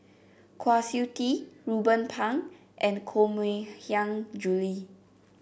Kwa Siew Tee Ruben Pang and Koh Mui Hiang Julie